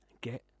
get